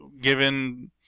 given